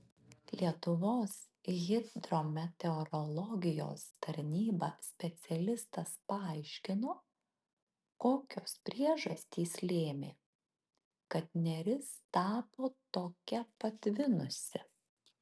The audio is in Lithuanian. lietuvos hidrometeorologijos tarnyba specialistas paaiškino kokios priežastys lėmė kad neris tapo tokia patvinusi